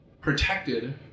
protected